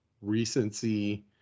recency